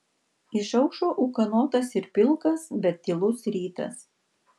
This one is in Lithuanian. išaušo ūkanotas ir pilkas bet tylus rytas